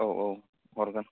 औ औ हरगोन